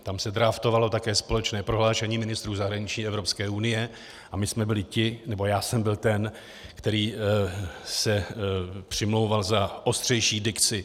Tam se draftovalo také společné prohlášení ministrů zahraničí Evropské unie a my jsme byli ti, nebo já jsem byl ten, který se přimlouval za ostřejší dikci.